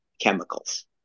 chemicals